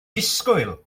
disgwyl